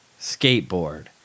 skateboard